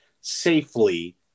safely